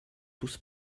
tous